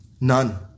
None